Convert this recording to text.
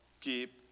keep